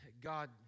God